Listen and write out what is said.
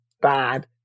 bad